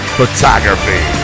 Photography